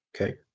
Okay